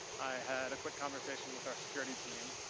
i had a quick conversation with our security team.